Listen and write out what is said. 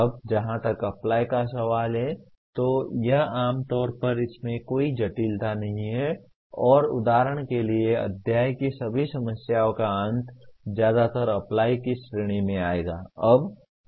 अब जहां तक अप्लाई का सवाल है तो यह आमतौर पर इसमें कोई जटिलता नहीं है और उदाहरण के लिए अध्याय की सभी समस्याओं का अंत ज्यादातर अप्लाई की श्रेणी में आएगा